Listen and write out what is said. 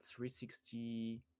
360